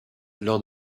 lors